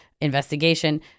investigation